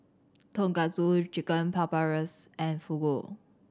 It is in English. Tonkatsu Chicken Paprikas and Fugu